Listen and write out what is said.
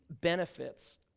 benefits